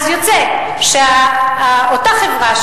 אז יוצא שאותה חברה,